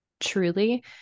truly